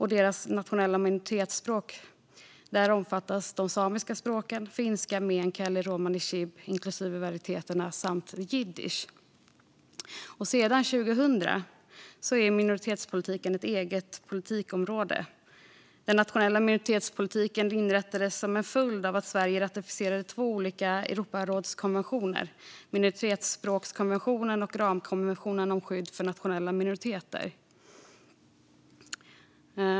I de nationella minoritetsspråken omfattas de samiska språken, finska, meänkieli, romani chib inklusive alla varieteter samt jiddisch. Sedan 2000 är minoritetspolitiken ett eget politikområde. Den nationella minoritetspolitiken inrättades som en följd av att Sverige ratificerade två Europarådskonventioner: minoritetsspråkskonventionen och ramkonventionen om skydd för nationella minoriteter.